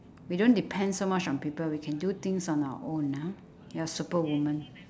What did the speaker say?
we don't depend so much on people we can do things on our own ah you're super woman